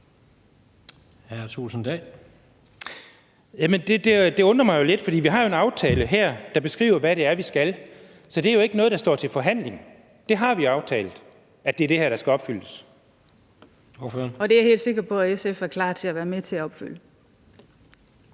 det undrer mig jo lidt. For vi har jo en aftale her, der beskriver, hvad det er, vi skal. Så det er jo ikke noget, der står til forhandling. Det har vi aftalt; at det er det her, der skal opfyldes. Kl. 17:12 Tredje næstformand (Jens Rohde): Ordføreren. Kl.